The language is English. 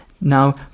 Now